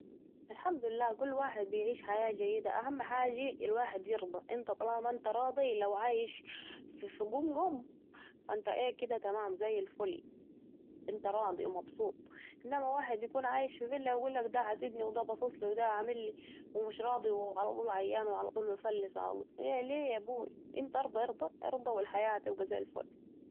الحمدلله كل واحد بيعيش حياه جيدة ، اهم حاجه الواحد يرضي أنت لو راضي لو عايش في قمقم فا أنت كده تمام زي ألفل أنت راضي و مبسوط، انما واحد يكون عايش في فيلا يقولك دا حسدني و ده باصصلي و ده عملي عمل و علطول عيان و علطول مفلس ايه لي يابوي أنت أرضي ارضي و الحياه هتبقي زي ألفل